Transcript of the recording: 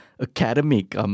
academic